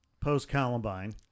Post-Columbine